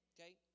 Okay